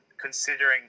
considering